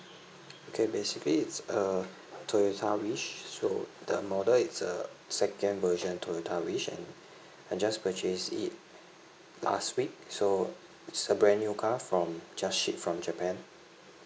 okay basically it's a toyota wish so the model is a second version toyota wish and I just purchased it last week so it's a brand new car from just shipped from japan